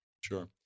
Sure